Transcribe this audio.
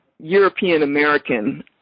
European-American